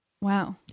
Wow